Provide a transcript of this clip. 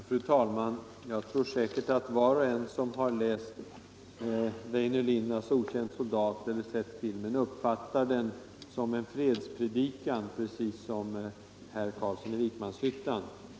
Fru talman! Var och en som har läst Väinö Linnas bok Okänd soldat eller sett filmen uppfattar den säkert som en fredspredikan — precis som herr Carlsson i Vikmanshyttan.